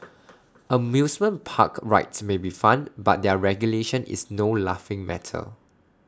amusement park rides may be fun but their regulation is no laughing matter